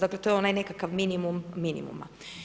Dakle, to je onaj nekakav minimum minimuma.